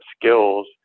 skills